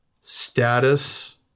status